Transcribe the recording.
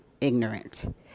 ignorant